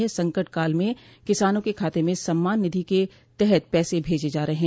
इस संकट काल में किसानों के खाते में सम्मान निधि के तहत पैसे भेजे जा रहे हैं